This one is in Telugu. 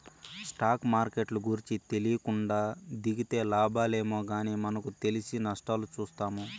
స్టాక్ మార్కెట్ల గూర్చి తెలీకుండా దిగితే లాబాలేమో గానీ మనకు తెలిసి నష్టాలు చూత్తాము